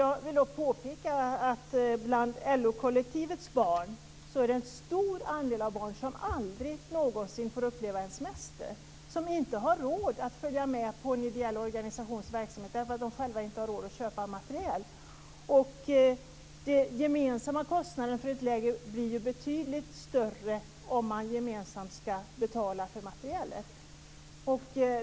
Jag vill påpeka att det bland LO-kollektivets barn finns en stor andel barn som aldrig någonsin får uppleva en semester. De har inte råd att följa med på en ideell organisations aktiviteter därför att de själva inte har råd att köpa materiel. Den gemensamma kostnaden för ett läger blir ju betydligt större om deltagarna gemensamt ska betala för materielen.